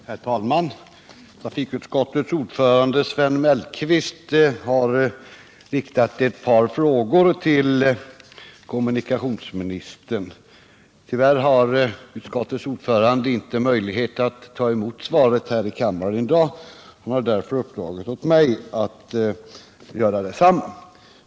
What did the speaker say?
Herr talman! Trafikutskottets ordförande Sven Mellqvist har riktat ett par frågor till kommunikationsministern. Tyvärr har utskottets ordförande inte möjlighet att ta emot svaret här i kammaren i dag och har därför uppdragit åt mig att göra detta.